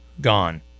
gone